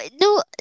no